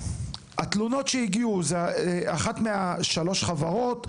התלונות שהגיעו הן מאחת משלוש החברות?